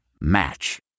Match